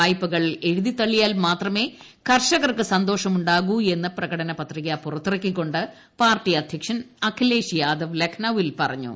വായ്പകൾ എഴുതിതള്ളിയാൽ മാത്രമേ കർഷകർക്ക് സന്തോഷമുണ്ടാകൂ എന്ന് പ്രകടന പത്രിക പുറത്തിറക്കിക്കൊണ്ട് പാർട്ടി അദ്ധ്യക്ഷൻ അഖിലേഷ് യാദവ് ലഖ്നൌവിൽ പറഞ്ഞു